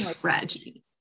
tragedy